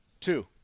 Two